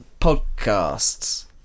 podcasts